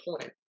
point